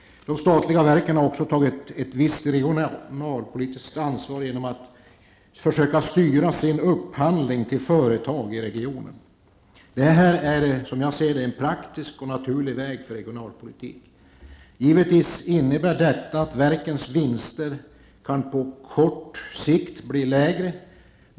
De statliga verken har också tagit ett visst regionalpolitiskt ansvar genom att försöka styra upphandlingen till företag i regionen. Detta är en praktisk och naturlig väg för regionalpolitiken. Givetvis innebär detta att verkens vinster på kort sikt kan bli lägre.